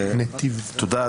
תודה,